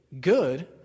good